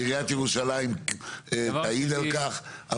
עיריית ירושלים תעיד על כך.